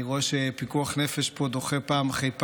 אני רואה שפיקוח נפש פה דוחה פעם אחרי פעם,